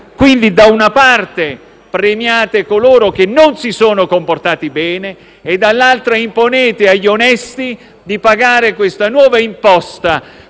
Quindi, da una parte premiate coloro che non si sono comportati bene e dall'altra imponete agli onesti di pagare questa nuova imposta